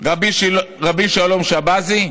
רבי שלום שבזי,